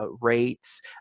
rates